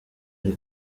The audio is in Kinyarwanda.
ari